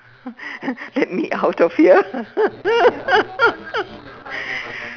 let me out of here